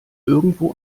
irgendwo